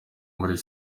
muri